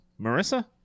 Marissa